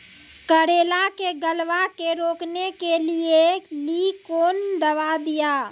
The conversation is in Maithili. करेला के गलवा के रोकने के लिए ली कौन दवा दिया?